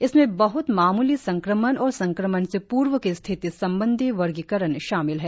इसमें बहृत मामूली संक्रमण और संक्रमण से पूर्व की स्थिति संबंधी वर्गीकरण शामिल हैं